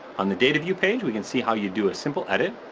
on the data view page, we can see how you do a simple edit.